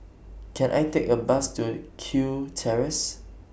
Can I Take A Bus to Kew Terrace